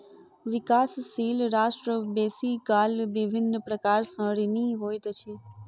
विकासशील राष्ट्र बेसी काल विभिन्न प्रकार सँ ऋणी होइत अछि